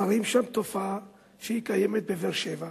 מראים שם תופעה שקיימת בבאר-שבע,